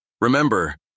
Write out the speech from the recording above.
Remember